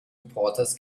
reporters